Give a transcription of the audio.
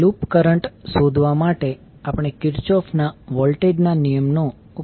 loop current શોધવા માટે અમે કિર્ચોફ Kirchhoff'sના વોલ્ટેજ ના નિયમ નો ઉપયોગ કરીશું